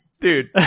Dude